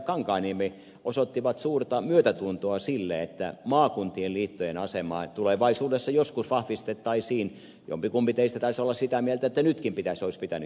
kankaanniemi osoittivat suurta myötätuntoa sille että maakuntien liittojen asemaa tulevaisuudessa joskus vahvistettaisiin jompikumpi teistä taisi olla sitä mieltä että jo nyt olisi pitänyt se tehdä